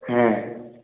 হ্যাঁ